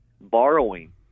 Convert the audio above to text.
borrowing